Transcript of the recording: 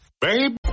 babe